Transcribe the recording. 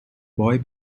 boy